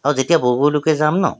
আৰু যেতিয়া বহুলোকে যাম ন